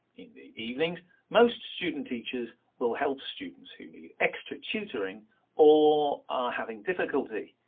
in the evenings most student teachers will help students who need extra tutoring or are having difficulty.